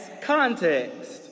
context